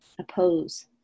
oppose